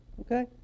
okay